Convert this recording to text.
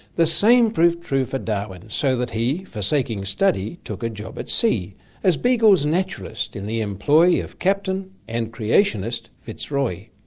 the same proved true for darwin, so that he forsaking study, took a job at sea as beagle's naturalist, in the employ of captain and creationist! fitzroy.